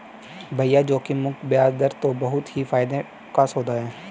भैया जोखिम मुक्त बयाज दर तो बहुत ही फायदे का सौदा है